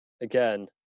again